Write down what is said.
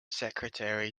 secretary